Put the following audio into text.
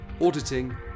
auditing